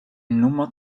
nummer